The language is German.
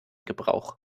gebrauch